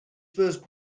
first